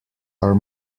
are